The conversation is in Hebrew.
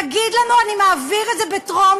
תגיד לנו: אני מעביר את זה בטרומית,